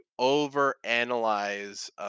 overanalyze